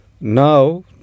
now